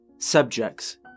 Subjects